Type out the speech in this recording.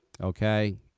Okay